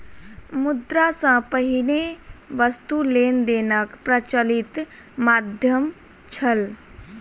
मुद्रा सॅ पहिने वस्तु लेन देनक प्रचलित माध्यम छल